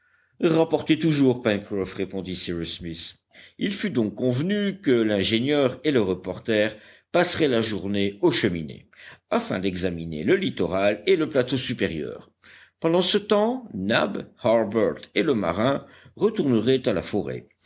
rapportez toujours pencroff répondit cyrus smith il fut donc convenu que l'ingénieur et le reporter passeraient la journée aux cheminées afin d'examiner le littoral et le plateau supérieur pendant ce temps nab harbert et le marin retourneraient à la forêt